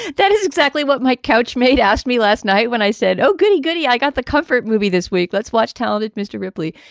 that is exactly what my couch mate asked me last night when i said, oh, goody, goody, i got the comfort movie this week. let's watch talented mr. ripley.